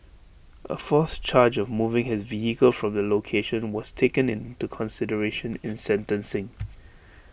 A fourth charge of moving his vehicle from the location was taken into consideration in sentencing